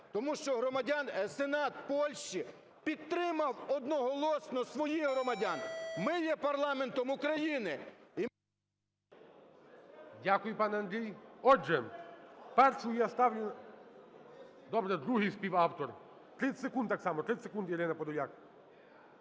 тому що громадян… Сенат Польщі підтримав одноголосно своїх громадян. Ми є парламентом України…